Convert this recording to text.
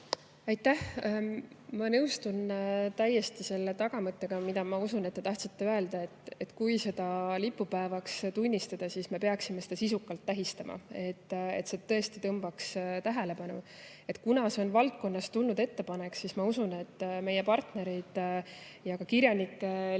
Aitäh! Ma nõustun täiesti selle tagamõttega, mida, ma usun, te tahtsite öelda: kui see lipupäevaks tunnistada, siis me peaksime seda sisukalt tähistama, et see tõesti tõmbaks tähelepanu. Kuna see on valdkonnast tulnud ettepanek, siis ma usun, et meie partnerid, kirjanike liit